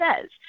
says